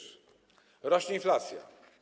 Rośnie inflacja.